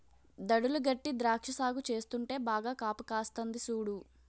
దడులు గట్టీ ద్రాక్ష సాగు చేస్తుంటే బాగా కాపుకాస్తంది సూడు